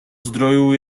zdrojů